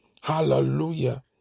Hallelujah